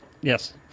Yes